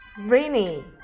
Rainy